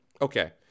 Okay